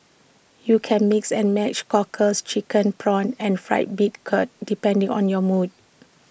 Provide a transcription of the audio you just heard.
you can mix and match Cockles Chicken Prawns and Fried Bean Curd depending on your mood